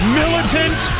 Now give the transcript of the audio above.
militant